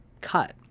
cut